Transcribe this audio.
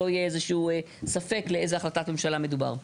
לא יהיה איזשהו ספק לאיזו החלטת ממשלה מדובר.